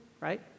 right